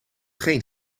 geen